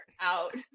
out